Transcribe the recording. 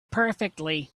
perfectly